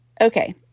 okay